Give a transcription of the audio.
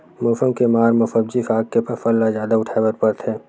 मउसम के मार म सब्जी साग के फसल ल जादा उठाए बर परथे